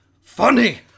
funny